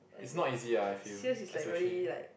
it's not easy ah I feel especially